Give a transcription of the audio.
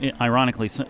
ironically